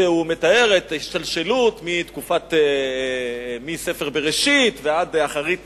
כשהוא מתאר את ההשתלשלות מספר בראשית ועד אחרית